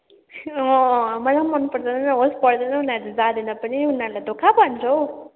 अँ मलाई पनि मन पर्दैन होस् भए पनि उनीहरू त जाँदैन पनि उनीहरूले दुःख पाउँछ हौ